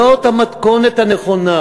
זאת המתכונת הנכונה,